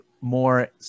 more